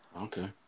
Okay